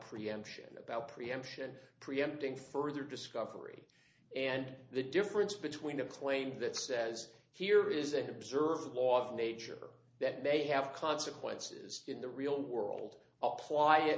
preemption about preemption preempting further discovery and the difference between the claim that says here is an observed law of nature that they have consequences in the real world apply it